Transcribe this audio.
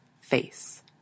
face